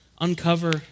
uncover